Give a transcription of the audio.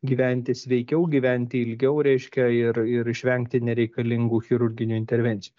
gyventi sveikiau gyventi ilgiau reiškia ir ir išvengti nereikalingų chirurginių intervencijų